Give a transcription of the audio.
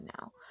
now